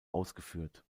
ausgeführt